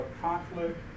conflict